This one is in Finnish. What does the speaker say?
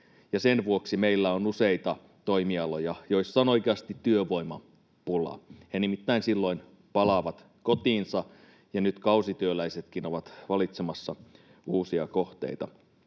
sen vuoksi meillä on useita toimialoja, joilla on oikeasti työvoimapula. He nimittäin silloin palavat kotiinsa, ja nyt kausityöläisetkin ovat valitsemassa uusia kohteita.